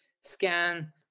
scan